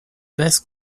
basse